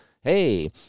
Hey